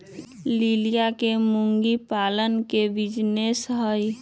लिलिया के मुर्गी पालन के बिजीनेस हई